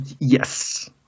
Yes